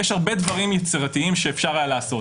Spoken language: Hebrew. יש הרבה דברים יצירתיים שאפשר היה לעשות.